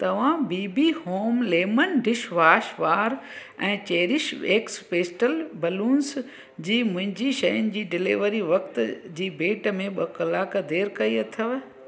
तव्हां B B home lemon dish wash bar ऐं cherish X pastel balloons जी मुंहिंजी शयुनि जी डिलेवरी वक़्त जी भेट में ॿ कलाक देरि कई अथव